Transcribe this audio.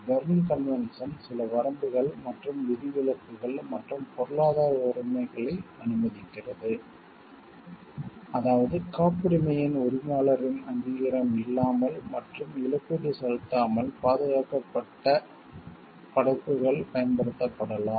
Berne convention சில வரம்புகள் மற்றும் விதிவிலக்குகள் மற்றும் பொருளாதார உரிமைகளை அனுமதிக்கிறது அதாவது காப்புரிமையின் உரிமையாளரின் அங்கீகாரம் இல்லாமல் மற்றும் இழப்பீடு செலுத்தாமல் பாதுகாக்கப்பட்ட படைப்புகள் பயன்படுத்தப்படலாம்